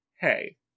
hey